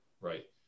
right